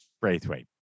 Braithwaite